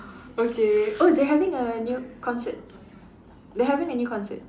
okay oh they're having a new concert they're having a new concert